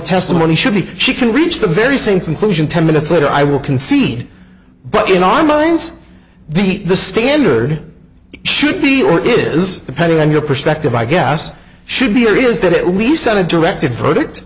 testimony should be he can reach the very same conclusion ten minutes later i will concede but in our minds the the standard should be or it is depending on your perspective i guess should be or is that it least on a directed verdict